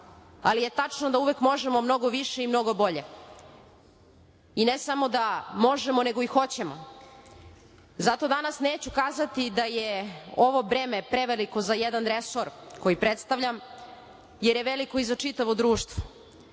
ali je tačno da uvek možemo mnogo više i mnogo bolje. Ne samo da možemo, nego i hoćemo. Zato danas neću kazati da je ovo breme preveliko za jedan resor koji predstavljam, jer je veliko i za čitavo društvo.